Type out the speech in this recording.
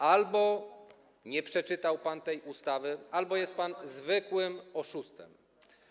Albo nie przeczytał pan tej ustawy, albo jest pan zwykłym oszustem.